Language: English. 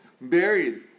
buried